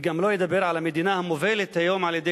וגם לא אדבר על המדינה המובלת היום על-ידי